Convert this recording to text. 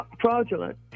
fraudulent